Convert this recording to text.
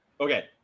Okay